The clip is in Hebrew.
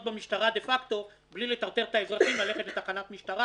במשטרה דה פקטו בלי לטרטר את האזרחים ללכת לתחנת משטרה,